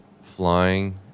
flying